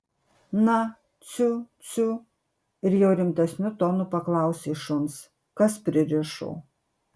na ciu ciu ir jau rimtesniu tonu paklausė šuns kas pririšo